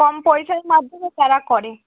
কম পয়সায় না দিলে তারা করে